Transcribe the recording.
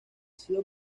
sido